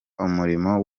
umurimo